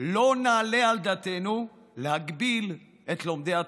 לא נעלה על דעתנו להגביל את לומדי התורה,